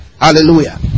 hallelujah